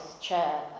chair